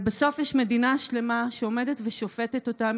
ובסוף יש מדינה שלמה שעומדת ושופטת אותם